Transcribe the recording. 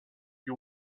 you